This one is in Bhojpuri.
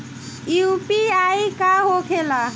यू.पी.आई का होखेला?